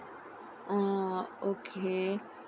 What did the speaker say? oh okay